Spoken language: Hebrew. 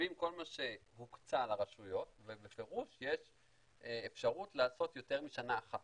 מחשבים כל מה שהוקצה לרשויות ובפירוש יש אפשרות לעשות יותר משנה אחת,